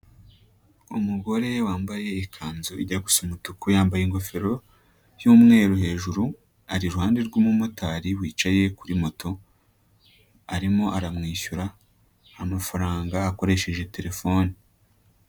Umugore wambaye ikanzu ijya gusa umutuku yambaye ingofero y'umweru hejuru, ari iruhande rw'umumotari wicaye kuri moto, arimo aramwishyura amafaranga akoresheje telefone.